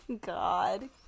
God